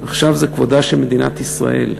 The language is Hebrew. עכשיו זה כבודה של מדינת ישראל.